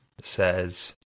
says